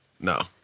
No